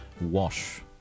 wash